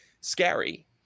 scary